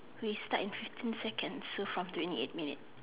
we start in fifteen seconds so from twenty eight minute